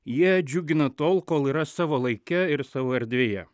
jie džiugina tol kol yra savo laike ir savo erdvėje